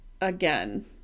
again